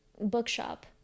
bookshop